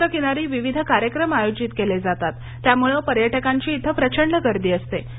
समुद्रकिनारी विविध कार्यक्रम आयोजित केले जातात त्यामुळं पर्यटकांची इथं प्रचंड गर्दी असते